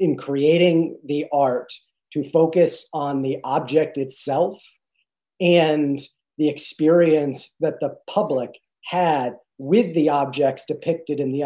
in creating the art to focus on the object itself and the experience that the public had with the objects depicted in the